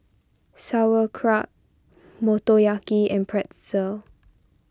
Sauerkraut Motoyaki and Pretzel